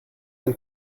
ein